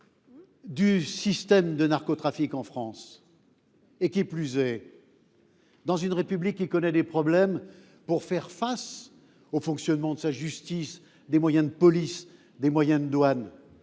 du système de narcotrafic en France. Qui plus est, dans une République qui connaît des problèmes pour faire face au fonctionnement de sa justice, dont la police et la douane